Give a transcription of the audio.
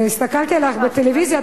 הסתכלתי עלייך בטלוויזיה,